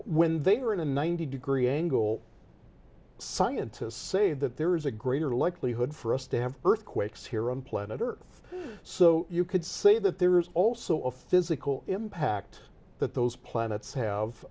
when they were in a ninety degree angle scientists say that there is a greater likelihood for us to have earthquakes here on planet earth so you could say that there's also a physical impact that those planets have